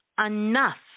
enough